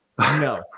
no